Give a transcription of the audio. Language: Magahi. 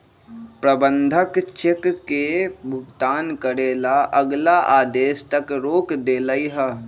प्रबंधक चेक के भुगतान करे ला अगला आदेश तक रोक देलई ह